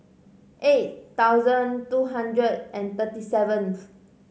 eight thousand two hundred and thirty seventh